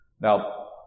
Now